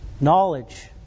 knowledge